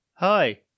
Hi